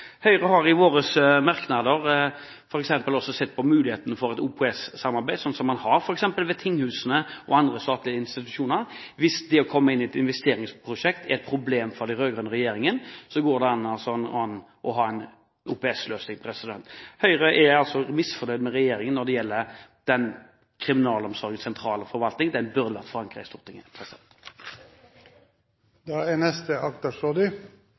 som man har f.eks. ved tinghusene og andre statlige institusjoner. Hvis det å komme inn i et investeringsprosjekt er et problem for den rød-grønne regjeringen, går det an å ha en OPS-løsning. Høyre er altså misfornøyd med regjeringen når det gjelder kriminalomsorgens sentrale forvaltning, den burde være forankret i Stortinget.